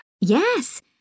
yes